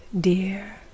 dear